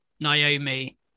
Naomi